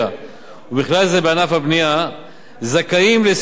זכאים לסיוע בהסבות מקצועיות ובתשלום